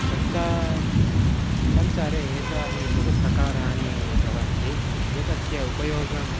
सञ्चा सञ्चारे एतानि बहु प्रकाराणि भवन्ति एतस्य उपयोगम्